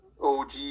OG